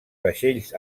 vaixells